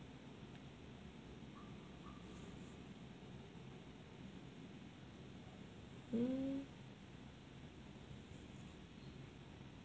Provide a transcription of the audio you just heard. mm